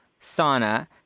sauna